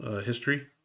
history